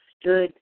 stood